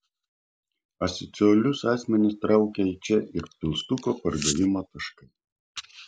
asocialius asmenis traukia į čia ir pilstuko pardavimo taškai